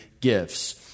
gifts